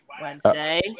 Wednesday